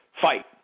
Fight